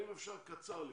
בקצרה.